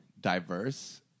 diverse